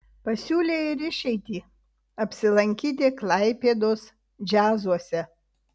pasiūlė ir išeitį apsilankyti klaipėdos džiazuose